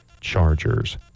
Chargers